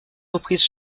reprises